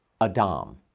Adam